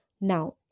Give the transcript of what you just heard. Now